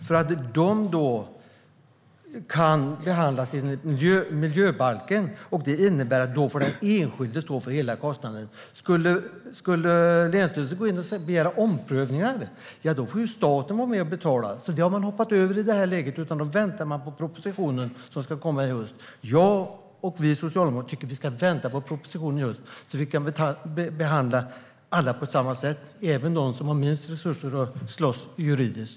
De kan då behandlas enligt miljöbalken, och det innebär att den enskilde får stå för hela kostnaden. Skulle länsstyrelsen begära omprövningar, då får staten vara med och betala, men det har man hoppat över i det här läget för att i stället vänta på propositionen som ska komma i höst. Jag och vi socialdemokrater tycker att vi ska vänta på propositionen så att vi kan behandla alla på samma sätt, även dem som har minst resurser för att slåss juridiskt.